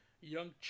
Young